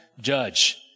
judge